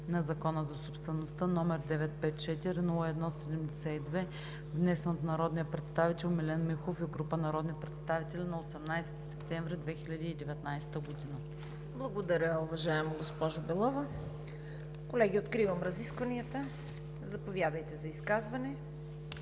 на Закона за собствеността, № 954 01 72, внесен от народния представител Милен Михов и група народни представители на 18 септември 2019 г.“ ПРЕДСЕДАТЕЛ ЦВЕТА КАРАЯНЧЕВА: Благодаря, уважаема госпожо Белова. Колеги, откривам разискванията. Заповядайте за изказване.